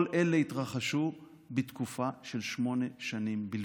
כל אלה התרחשו בתקופה של שמונה שנים בלבד.